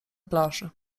plaży